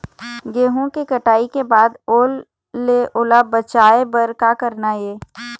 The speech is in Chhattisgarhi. गेहूं के कटाई के बाद ओल ले ओला बचाए बर का करना ये?